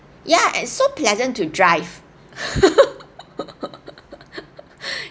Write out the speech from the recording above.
ya and so pleasant to drive